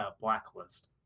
Blacklist